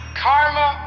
karma